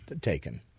taken